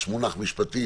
יש מונח משפטי,